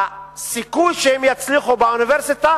הסיכוי שהם יצליחו באוניברסיטה